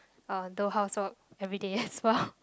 uh do housework everyday as well